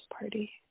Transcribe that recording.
party